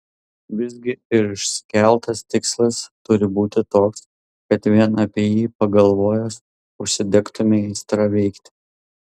visgi ir išsikeltas tikslas turi būti toks kad vien apie jį pagalvojęs užsidegtumei aistra veikti